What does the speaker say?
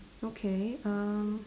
okay err